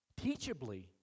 teachably